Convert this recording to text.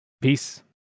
Peace